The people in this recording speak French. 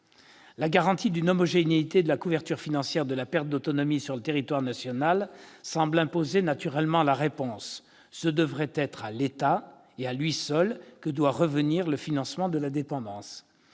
La garantie d'une homogénéité de la couverture financière de la perte d'autonomie sur le territoire national semble imposer naturellement la réponse : c'est à l'État, et à lui seul, que devrait revenir le financement de la dépendance.